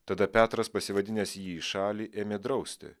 tada petras pasivadinęs jį į šalį ėmė drausti